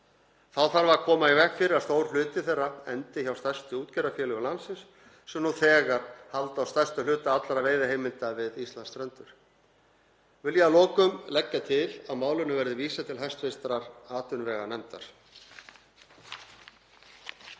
Þá þarf að koma í veg fyrir að stór hluti þeirra endi hjá stærstu útgerðarfélögum landsins sem nú þegar halda á stærstum hluta allra veiðiheimilda við Íslandsstrendur. Vil ég að lokum leggja til að málinu verði vísað til hæstv. atvinnuveganefndar.